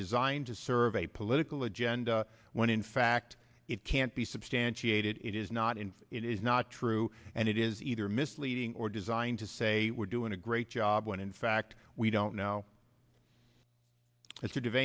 designed to serve a political agenda when in fact it can't be substantiated it is not in it is not true and it is either misleading or designed to say we're doing a great job when in fact we don't know it's